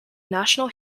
national